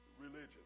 religion